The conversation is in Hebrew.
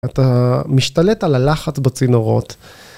אתה משתלט על הלחץ בצינורות.